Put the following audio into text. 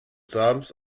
sams